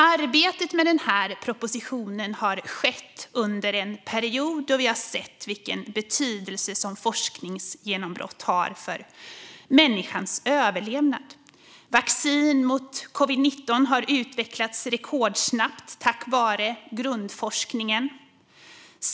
Arbetet med propositionen har skett under en period då vi har sett vilken betydelse som forskningsgenombrott har för människans överlevad. Vaccin mot covid-19 har utvecklats rekordsnabbt tack vare grundforskningen.